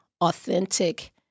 authentic